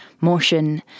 motion